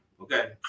okay